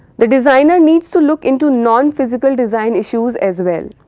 the designer needs to look into nonphysical design issues as well,